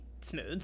smooth